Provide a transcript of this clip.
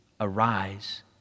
arise